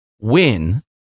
win